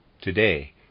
today